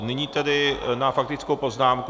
Nyní na faktickou poznámku...